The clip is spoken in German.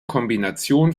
kombination